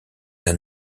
ten